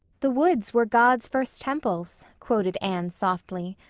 the woods were god's first temples quoted anne softly.